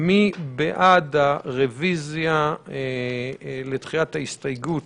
מי בעד הרביזיה לדחיית ההסתייגות